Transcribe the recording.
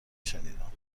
شنیدم